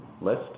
list